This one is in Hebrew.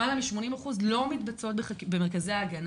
למעלה מ-80%, לא מתבצעות במרכזי ההגנה.